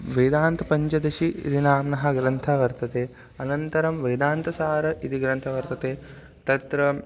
वेदान्तपञ्चदशि इति नाम्नः ग्रन्थः वर्तते अनन्तरं वेदान्तसारः इति ग्रन्थः वर्तते तत्र